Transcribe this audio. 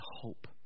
hope